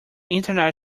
internet